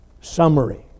summary